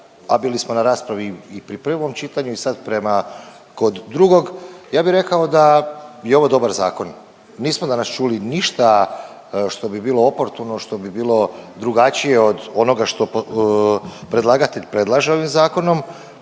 a bili smo na raspravi i pri prvom čitanju i sad prema, kod drugog, ja bi rekao da je ovo dobar zakon. Nismo danas čuli ništa što bi bilo oportuno, što bi bilo drugačije od onoga što predlagatelj predlaže ovim zakonom.